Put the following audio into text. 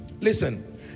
Listen